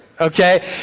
okay